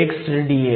x